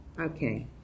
Okay